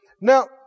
Now